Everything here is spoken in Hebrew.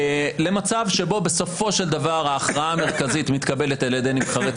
למצב שבו בסופו של דבר ההכרעה המרכזית מתקבלת על ידי נבחרי ציבור.